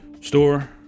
store